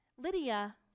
Lydia